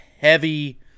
heavy